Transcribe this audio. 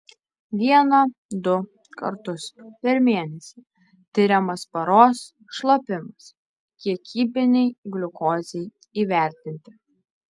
vieną du kartus per mėnesį tiriamas paros šlapimas kiekybinei gliukozei įvertinti